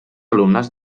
alumnes